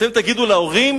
אתם תגידו להורים